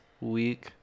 week